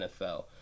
nfl